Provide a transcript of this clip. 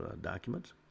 documents